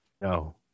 No